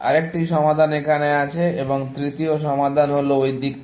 আরেকটি সমাধান এখানে আছে এবং তৃতীয় সমাধান হল ওই দিকটি